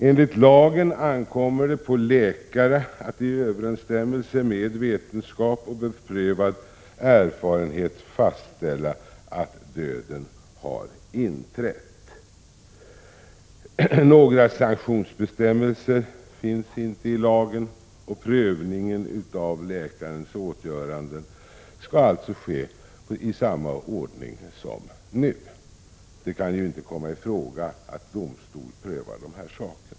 Enligt lagen ankommer det på läkaren att i överensstämmelse med vetenskap och beprövad erfarenhet fastställa att döden har inträtt. Några sanktionsbestämmelser finns inte i lagen, och prövningen av läkarens åtgöranden skall alltså ske i samma ordning som nu. Det kan ju inte komma i fråga att domstol prövar dessa saker.